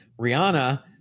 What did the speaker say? Rihanna